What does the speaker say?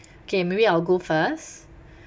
okay maybe I'll go first